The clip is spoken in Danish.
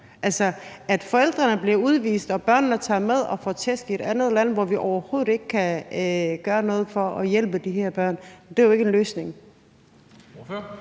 At forældrene bliver udvist og børnene tager med og får tæsk i et andet land, hvor vi overhovedet ikke kan gøre noget for at hjælpe dem, er jo ikke løsningen.